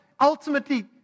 ultimately